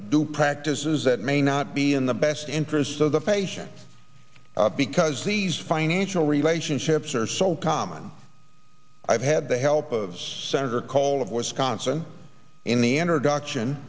do practices that may not be in the best interests of the facia because these financial relationships are so common i've had the help of senator kohl of wisconsin in the entered auction